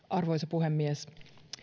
arvoisa puhemies